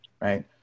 right